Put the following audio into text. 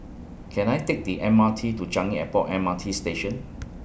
Can I Take The M R T to Changi Airport M R T Station